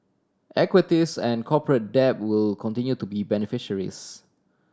equities and corporate debt will continue to be beneficiaries